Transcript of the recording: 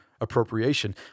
appropriation